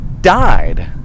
died